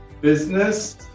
business